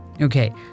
Okay